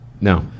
No